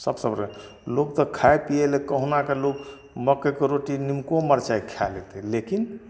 सब बड़का लोक तऽ खाय पीयै लए कहुनाके लोक मकइके रोटी निमको मरचाइ खाए लेतै लेकिन